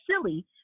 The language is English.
silly